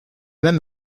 même